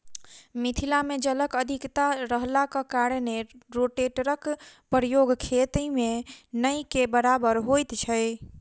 मिथिला मे जलक अधिकता रहलाक कारणेँ रोटेटरक प्रयोग खेती मे नै के बराबर होइत छै